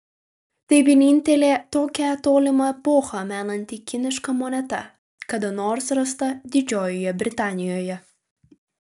tai vienintelė tokią tolimą epochą menanti kiniška moneta kada nors rasta didžiojoje britanijoje